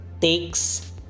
takes